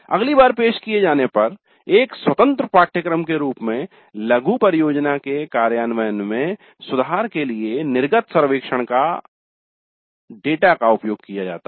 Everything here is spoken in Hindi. अगली बार पेश किए जाने पर एक स्वतंत्र पाठ्यक्रम के रूप में लघु परियोजना के कार्यान्वयन में सुधार के लिए निर्गत सर्वेक्षण डेटा का उपयोग किया जाता है